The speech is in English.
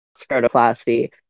scrotoplasty